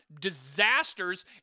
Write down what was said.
disasters